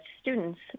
students